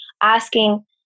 asking